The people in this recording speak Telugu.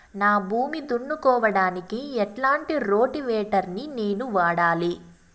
నా భూమి దున్నుకోవడానికి ఎట్లాంటి రోటివేటర్ ని నేను వాడాలి?